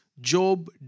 Job